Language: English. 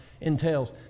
entails